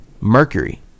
Mercury